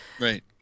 Right